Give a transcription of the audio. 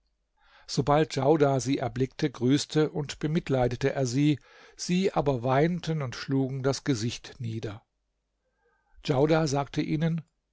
sobald djaudar sie erblickte grüßte und bemitleidete er sie sie aber weinten und schlugen das gesicht nieder djaudar sagte ihnen